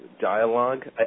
dialogue